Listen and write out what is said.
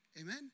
Amen